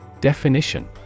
Definition